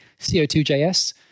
CO2JS